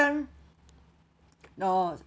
no